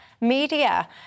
media